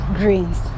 greens